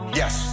yes